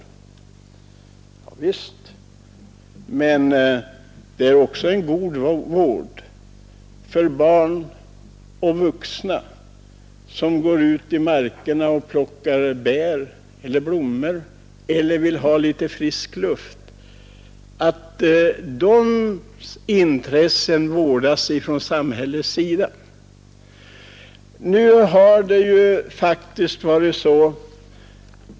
Ja visst, men det vore också en god vårdnad från samhället att skydda barn och vuxna som vill gå ut i markerna och plocka bär eller blommor eller bara vill ha litet frisk luft.